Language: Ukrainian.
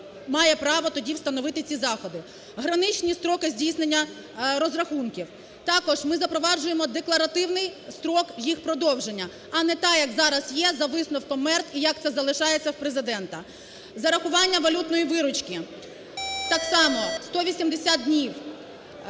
має право тоді встановити ці заходи. Граничні строки здійснення розрахунків. Також ми запроваджуємо декларативний строк їх продовження, а не так, як зараз є, за висновком МЕРТ, і як це залишається в Президента. Зарахування валютної виручки – так само 180 днів.